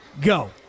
go